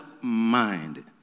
mind